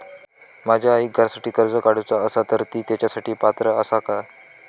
माझ्या आईक घरासाठी कर्ज काढूचा असा तर ती तेच्यासाठी पात्र असात काय?